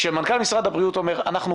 כשמנכ"ל משרד הבריאות אומר אנחנו